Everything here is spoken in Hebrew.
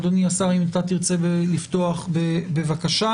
אדוני השר, אם אתה תרצה לפתוח, בבקשה.